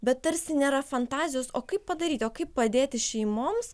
bet tarsi nėra fantazijos o kaip padaryti kaip padėti šeimoms